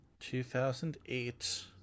2008